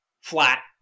flat